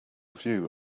view